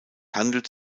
handelt